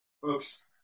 Folks